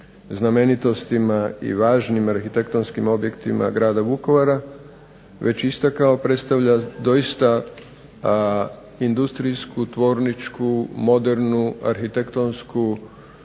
znamenitostima i važnim arhitektonskim objektima grada Vukovara već istakao, predstavlja doista industrijsku, tvorničku, modernu, arhitektonsku građevinu